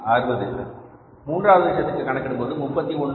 60 மூன்றாவது விஷயத்திற்கு கணக்கிடும்போது 31